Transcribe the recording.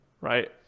right